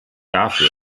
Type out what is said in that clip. dafür